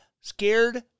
scared